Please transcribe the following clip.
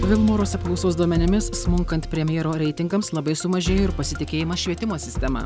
vilmorus apklausos duomenimis smunkant premjero reitingams labai sumažėjo ir pasitikėjimas švietimo sistema